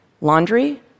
Laundry